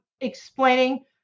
explaining